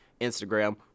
Instagram